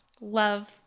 love